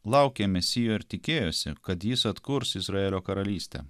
laukė mesijo ir tikėjosi kad jis atkurs izraelio karalystę